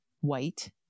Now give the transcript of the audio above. white